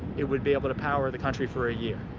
it would be able to power the country for a year.